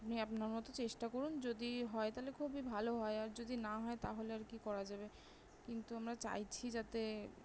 আপনি আপনার মতো চেষ্টা করুন যদি হয় তাহলে খুবই ভালো হয় আর যদি না হয় তাহলে আর কি করা যাবে কিন্তু আমরা চাইছি যাতে